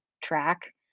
track